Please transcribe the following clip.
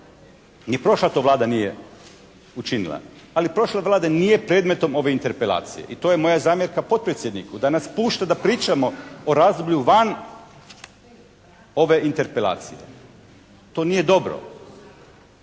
ni prošla to Vlada nije učinila, ali prošla Vlada nije predmetom ove interpelacije i to je moja zamjerka potpredsjedniku da nas pušta da pričamo o razdoblju van ove interpelacije. To nije dobro,